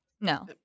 no